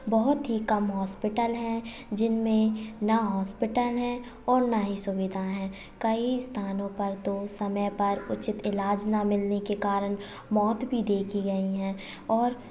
बहुत ही कम हॉस्पिटल हैं जिनमें ना हॉस्पिटल हैं और ना ही सुविधा है कई स्थानों पर तो समय पर उचित इलाज ना मिलने के कारण मौत भी देखी गयीं हैं और